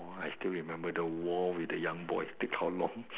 uh I still remember the war with the young boys speak how long